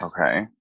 Okay